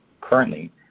Currently